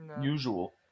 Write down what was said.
usual